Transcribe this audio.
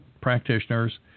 practitioners